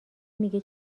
میگه